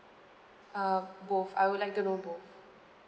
uh both I would like to know both